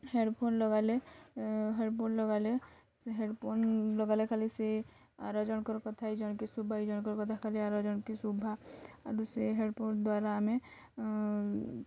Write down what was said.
head phone ଲଗାଇଲେ headphone ଲଗାଇଲେ headphone ଲଗାଇଲେ ଖାଲି ସେ ଆର ଜଣଙ୍କର୍ କଥା ହି ଜଣକେ ଶୁଭା ଜଣଙ୍କର କଥା ଖାଲି ଆର ଜଣକେ ଶୁଭା ଆରୁ ସେ ହେଡ଼୍ ଫୋନ୍ ଦ୍ୱାରା ଆମେ